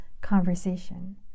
conversation